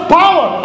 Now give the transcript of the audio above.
power